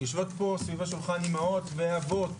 יושבות פה סביב השולחן אימהות ואבות